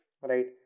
right